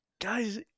guys